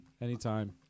anytime